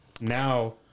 Now